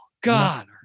god